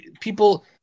people